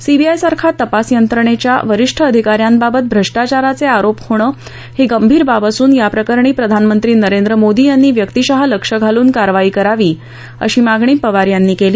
C B I सारख्या तपास यंत्रणेच्या वरिष्ठ अधिका यांबाबत भ्रष्टाचाराचे आरोप होणं गंभीर बाब असून या प्रकरणी प्रधानमंत्री नरेंद्र मोदी यांनी व्यक्तीशः लक्ष घालून कारवाई करावी अशी मागणी पवार यांनी केली